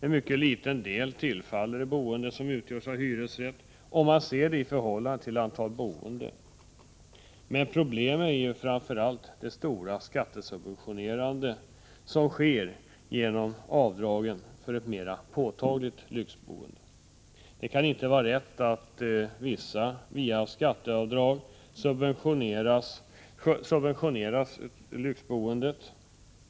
En mycket liten del tillfaller det boende som utgörs av hyresrätter, om man ser subventionerna i förhållande till antal boende. Men problemet är framför allt det stora skattesubventionerande som sker genom avdragen för ett mera påtagligt lyxboende. Det kan inte vara rätt att via skatteavdrag subventionera överklassens lyxboende.